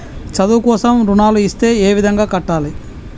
చదువు కోసం రుణాలు ఇస్తే ఏ విధంగా కట్టాలి?